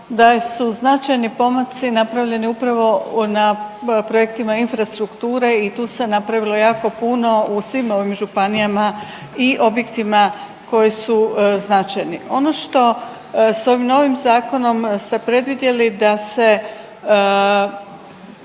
da su značajni pomaci napravljeni upravo na projektima infrastrukture i tu se napravilo jako puno u svim ovim županijama i objektima koji su značajni. Ono što s ovim novim zakonom ste predvidjeli da se